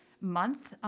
month